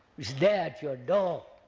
is there, at your door.